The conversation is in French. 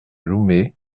loumet